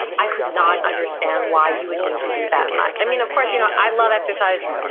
i could not understand why you would need to do that much. i mean, of course you know i love exercise,